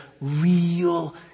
real